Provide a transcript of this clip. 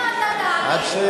אנחנו יודעים מה אתה תענה, חלאס.